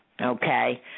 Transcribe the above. okay